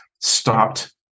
stopped